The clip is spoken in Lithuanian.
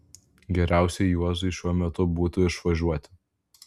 geriausiai juozui šiuo metu būtų išvažiuoti